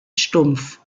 stumpf